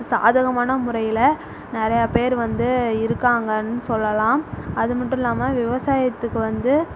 சாதகமான முறையில் நிறையா பேர் வந்து இருக்காங்கன்னு சொல்லலாம் அதுமட்டும் இல்லாமல் விவசாயத்துக்கு வந்து